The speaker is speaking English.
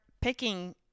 picking